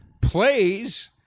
plays